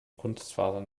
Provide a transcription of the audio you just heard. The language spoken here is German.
kunstfasern